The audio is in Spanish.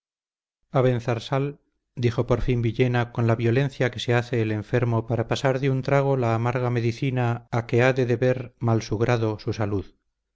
decidirse presto abenzarsal dijo por fin villena con la violencia que se hace el enfermo para pasar de un trago la amarga medicina a que ha de deber mal su grado su salud